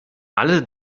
alle